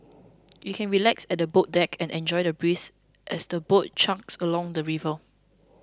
you can relax at the boat deck and enjoy the breeze as the boat chugs along the river